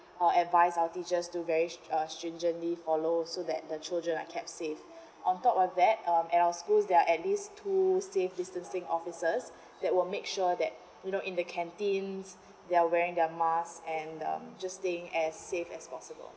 uh advise our teachers to very strin~ uh stringently follow so that the children are kept save on top of that um at our schools there at least two safe distancing officers that will make sure that you know in the canteens' they are wearing their masks and um just staying as safe as possible